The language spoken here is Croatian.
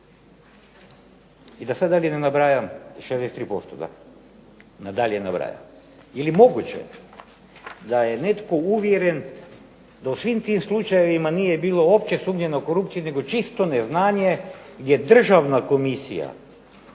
i da sad dalje ne nabrajam, 63% da, da dalje ne nabrajam. Je li moguće da je netko uvjeren da u svim tim slučajevima nije bilo uopće sumnje na korupciju nego čisto neznanje gdje Državna komisija